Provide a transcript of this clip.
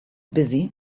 busy